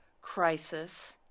crisis